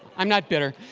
i'm not bitter.